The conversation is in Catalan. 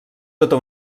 tota